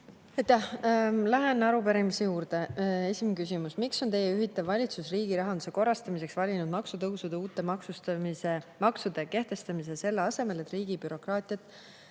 Lähen arupärimise juurde. Esimene küsimus: "Miks on Teie juhitav valitsus riigi rahanduse nn korrastamiseks valinud maksutõusude ja uute maksude kehtestamise selle asemel, et riigi bürokraatiat